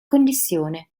connessione